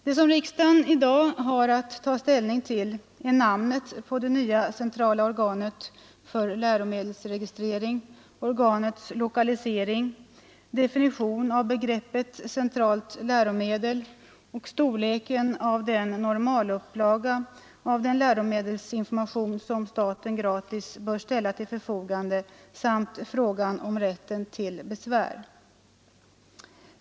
Det som riksdagen i dag har att ta ställning till är namnet på det nya centrala organet för läromedelsregistrering, organets lokalisering, definition av begreppet centralt läromedel, storleken på normalupplagan av den läromedelsinformation som staten gratis bör ställa till förfogande samt frågan om rätten till besvär.